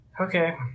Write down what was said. Okay